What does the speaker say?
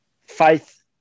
faith